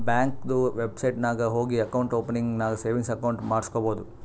ಬ್ಯಾಂಕ್ದು ವೆಬ್ಸೈಟ್ ನಾಗ್ ಹೋಗಿ ಅಕೌಂಟ್ ಓಪನಿಂಗ್ ನಾಗ್ ಸೇವಿಂಗ್ಸ್ ಅಕೌಂಟ್ ಮಾಡುಸ್ಕೊಬೋದು